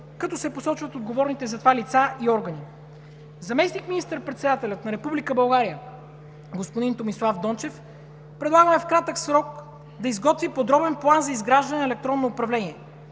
като се посочват отговорните за това лица и органи. Предлагаме заместник министър-председателят на Република България господин Томислав Дончев в кратък срок да изготви подробен план за изграждане на електронно управление.